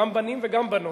גם בנים וגם בנות.